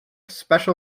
special